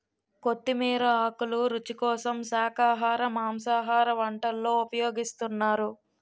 కొత్తిమీర ఆకులు రుచి కోసం శాఖాహార మాంసాహార వంటల్లో ఉపయోగిస్తున్నారు